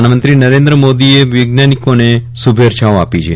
પ્રધાનમંત્રી નરેન્દ્ર મોદીએ વૈજ્ઞાનિકોને શ્રુભેચ્છાઓ આપી છે